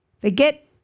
forget